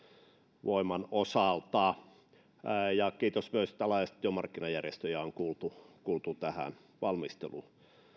osalta kiitos myös että laajasti työmarkkinajärjestöjä on kuultu kuultu tässä valmistelussa